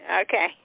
Okay